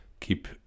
keep